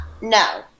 No